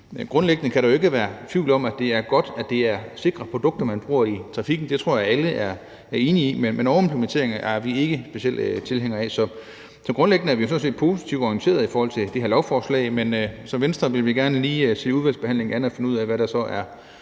Grundlæggende kan der jo ikke være tvivl om, at det er godt, at det er sikre produkter, man bruger i trafikken. Det tror jeg at alle er enige i. Men overimplementering er vi ikke specielt tilhængere af. Grundliggende er vi sådan set positivt orienteret i forhold til det her lovforslag, men vi vil som Venstre gerne lige se udvalgsbehandlingen an og finde ud af, hvad der er